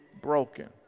broken